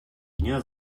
дня